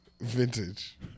Vintage